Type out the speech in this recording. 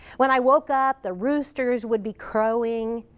when i woke up, the roosters would be crowing